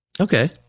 Okay